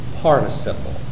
participle